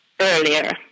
earlier